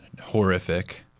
horrific